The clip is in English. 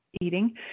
eating